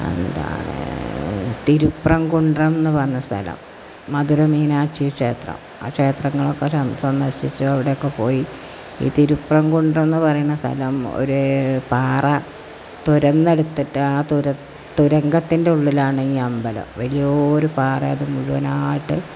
തിരുപ്രം കുണ്ട്രം എന്ന് പറഞ്ഞ സ്ഥലം മധുര മീനാക്ഷി ക്ഷേത്രം ആ ക്ഷേത്രങ്ങളൊക്കെ സന്ദർശിച്ചു അവിടെയൊക്കെ പോയി ഈ തിരുപ്രം കുണ്ട്രം എന്ന് പറയുന്ന സ്ഥലം ഒരു പാറ തുരന്നെടുത്തിട്ടാ ആ തുരംഗത്തിന്റെ ഉള്ളിലാണ് ഈ അമ്പലം വലിയൊരു പാറ അത് മുഴുവനായിട്ട്